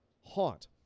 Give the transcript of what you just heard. haunt